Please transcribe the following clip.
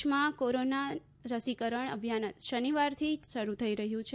દેશમાં કોરોના રસીકરણ અભિયાન શનિવારથી શરૂ થઈ રહ્યું છે